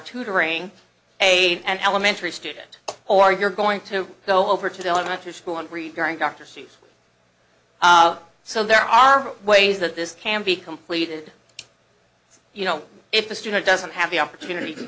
tutoring aide and elementary student or you're going to go over to the elementary school and read during dr seuss so there are ways that this can be completed so you know if a student doesn't have the opportunity to